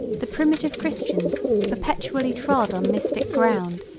the primitive christians perpetually trod on mystic ground,